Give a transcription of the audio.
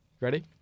Ready